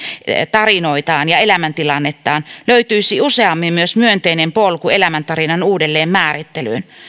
tarinoitaan ja elämäntilannettaan löytyisi useammin myös myönteinen polku elämäntarinan uudelleenmäärittelyyn